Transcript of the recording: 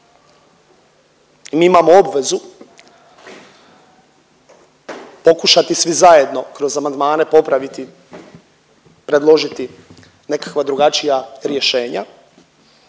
mi imamo obvezu pokušati svi zajedno kroz amandmane popraviti, predložiti nekakva drugačija rješenja